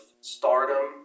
stardom